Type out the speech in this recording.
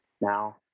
now